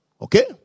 Okay